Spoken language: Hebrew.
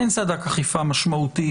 אין סד"כ אכיפה משמעותי,